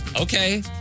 okay